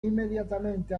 inmediatamente